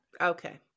Okay